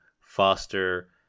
foster